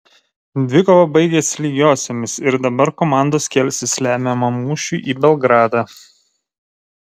dvikova baigėsi lygiosiomis ir dabar komandos kelsis lemiamam mūšiui į belgradą